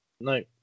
No